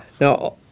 Now